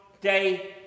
day